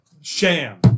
sham